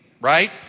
right